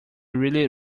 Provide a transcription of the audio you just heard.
really